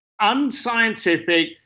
unscientific